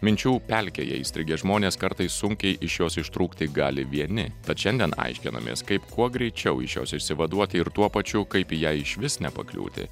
minčių pelkėje įstrigę žmonės kartais sunkiai iš jos ištrūkti gali vieni tad šiandien aiškinamės kaip kuo greičiau iš jos išsivaduoti ir tuo pačiu kaip į ją išvis nepakliūti